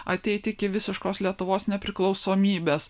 ateiti iki visiškos lietuvos nepriklausomybės